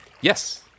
Yes